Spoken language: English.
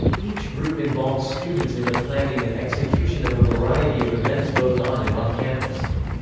each group involves students in the planning and execution of a variety of events both on and off campus.